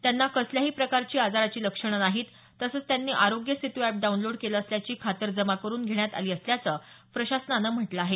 त्यांना कसल्याही प्रकारची आजाराची लक्षणं नाहीत तसंच त्यांनी आरोग्य सेतु अॅप डाऊनलोड केलं असल्याची खात्रर करून घेण्यात आली असल्याचं प्रशासनानं म्हटलं आहे